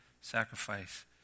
sacrifice